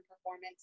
performance